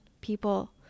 people